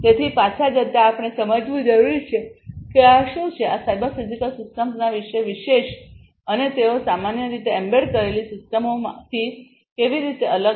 તેથી પાછા જતા આપણે સમજવું જરૂરી છે કે આ શું છે આ સાયબર ફિઝિકલ સિસ્ટમ્સ વિશે વિશેષ અને તેઓ સામાન્ય રીતે એમ્બેડ કરેલી સિસ્ટમોથી કેવી રીતે અલગ છે